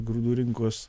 grūdų rinkos